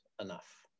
enough